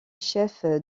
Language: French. chef